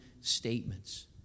statements